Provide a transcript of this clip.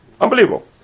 Unbelievable